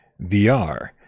VR